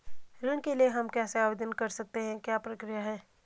ऋण के लिए हम कैसे आवेदन कर सकते हैं क्या प्रक्रिया है?